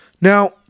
Now